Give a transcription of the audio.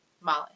Molly